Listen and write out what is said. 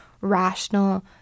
rational